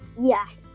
Yes